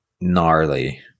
gnarly